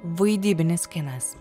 vaidybinis kinas